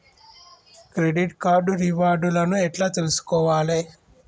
Credit card reward లను ఎట్ల తెలుసుకోవాలే?